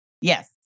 Yes